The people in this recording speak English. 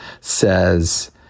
says